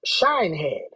Shinehead